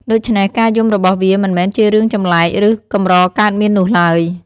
ដូច្នេះ ការយំរបស់វាមិនមែនជារឿងចម្លែក ឬកម្រកើតមាននោះឡើយ។